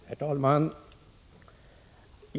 Herr talman!